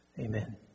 Amen